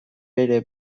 bere